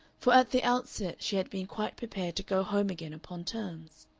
for at the outset she had been quite prepared to go home again upon terms.